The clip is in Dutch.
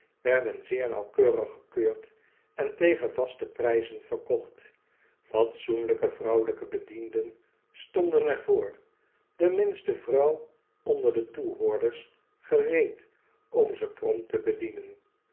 werden zeer nauwkeurig gekeurd en tegen vaste prijzen verkocht fatsoenlijke vrouwelijke bedienden stonden er voor de minste vrouw onder de toehoorders gereed om ze prompt te bedienen